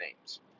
names